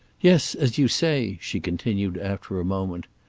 yes, as you say, she continued after a moment,